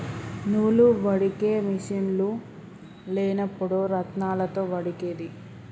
నూలు వడికే మిషిన్లు లేనప్పుడు రాత్నాలతో వడికేది